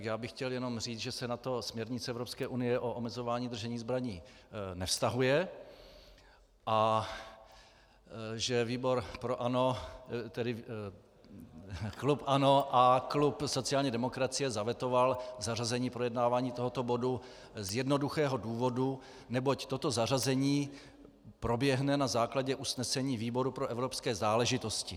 Já bych chtěl jenom říci, že se na to směrnice Evropské unie o omezování držení zbraní nevztahuje a že klub ANO a klub sociální demokracie vetoval zařazení projednávání tohoto bodu z jednoduchého důvodu, neboť toto zařazení proběhne na základě usnesení výboru pro evropské záležitosti.